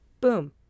boom